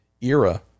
era